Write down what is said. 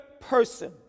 person